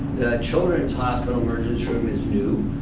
children's hospital emergency room is new,